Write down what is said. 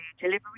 delivery